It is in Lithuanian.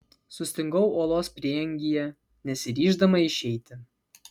sustingau olos prieangyje nesiryždama išeiti